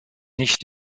nicht